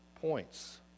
points